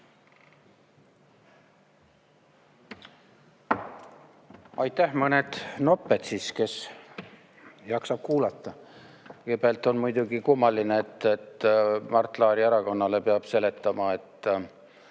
Aitäh! Mõned nopped, kes jaksab kuulata. Kõigepealt on muidugi kummaline, et Mart Laari erakonnale peab seletama, et